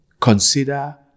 consider